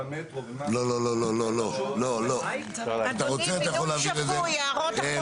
המטרו -- לא לא לא לא אתה רוצה אתה יכול להעביר את זה לאתר,